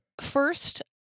First